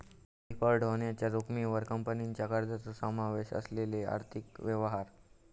default होण्याच्या जोखमीवर कंपनीच्या कर्जाचो समावेश असलेले आर्थिक व्यवहार